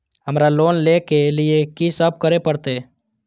हमरा लोन ले के लिए की सब करे परते?